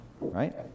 right